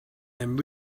then